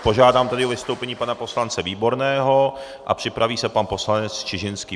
Požádám o vystoupení pana poslance Výborného a připraví se pan poslanec Čižinský.